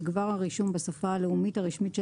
יגבר הרישום בשפה הלאומית הרשמית של